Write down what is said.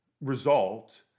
result